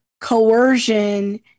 coercion